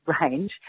range